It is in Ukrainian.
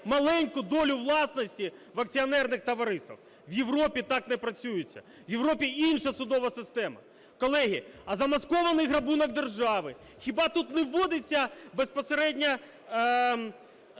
маленьку долю власності в акціонерних товариствах? В Європі так не працюється. У Європі інша судова система. Колеги, а замаскований грабунок держави, хіба тут не вводиться безпосередній